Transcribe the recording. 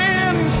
end